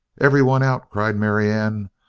every one out! cried marianne.